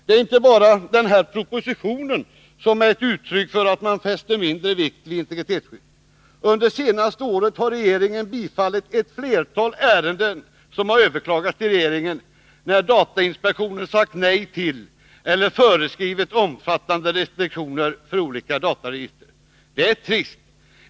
Det är inte bara propositionen som är ett uttryck för att man fäster mindre vikt vid integritetsskyddet. Under det senaste året har regeringen bifallit ett flertal ärenden som har överklagats till regeringen när datainspektionen sagt nej eller föreskrivit omfattande restriktioner för olika dataregister.